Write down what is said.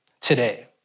today